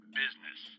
business